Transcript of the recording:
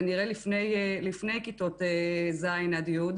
כנראה לפני כיתות ז' עד י',